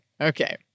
Okay